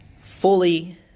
fully